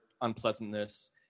unpleasantness